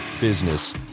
business